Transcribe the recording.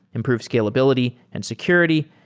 improve scalability and security,